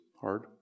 hard